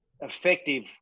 effective